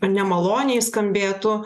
nemaloniai skambėtų